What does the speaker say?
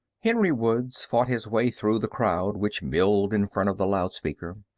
henry woods fought his way through the crowd which milled in front of the loudspeaker.